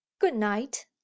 good-night